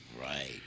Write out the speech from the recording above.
Right